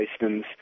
license